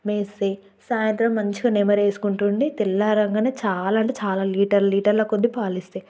మేసి సాయంత్రం మంచిగా నెమరేసుకుంటుండి తెల్లారంగనే చాలా అంటే చాలా లీటర్ల లీటర్ల కొద్దీ పాలిస్తాయి